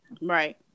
right